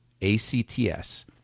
A-C-T-S